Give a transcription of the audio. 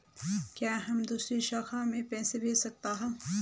क्या मैं दूसरी शाखा में पैसे भेज सकता हूँ?